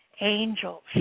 angels